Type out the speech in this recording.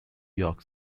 york